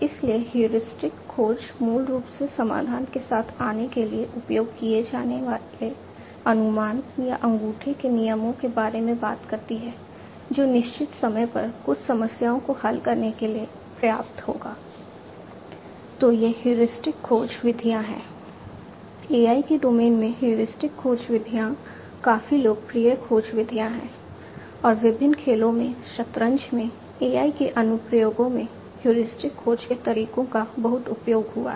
इसलिए हेयुरिस्टिक खोज के तरीकों का बहुत उपयोग हुआ है